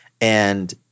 And-